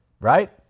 right